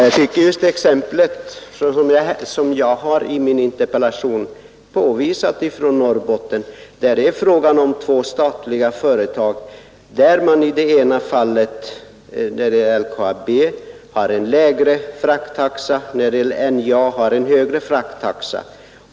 Herr talman! I min interpellation har jag påvisat just olämpligheten med att samordning saknas mellan statliga företag. I det här fallet har det ena, LKAB, en lägre frakttaxa än det andra, NJA.